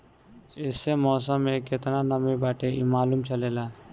एसे मौसम में केतना नमी बाटे इ मालूम चलेला